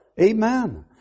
Amen